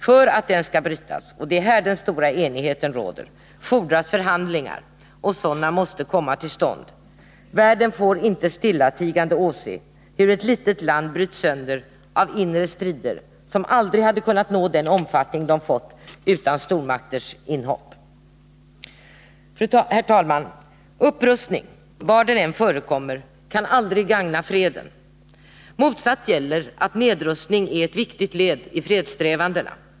För att den skall brytas — och det är här den stora enigheten råder — fordras förhandlingar, och sådana måste komma till stånd. Världen får inte stillatigande åse hur ett litet land bryts sönder av inre strider, som aldrig hade kunnat nå den omfattning de fått utan stormakters inhopp. Herr talman! Upprustning, var den än förekommer, kan aldrig gagna freden. Motsatt gäller att nedrustning är ett viktigt led i fredssträvandena.